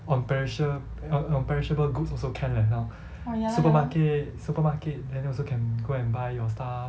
on perisha~ on on perishable goods also can leh now supermarket supermarket then also can go and buy your stuff